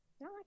No